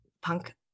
punk